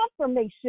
confirmation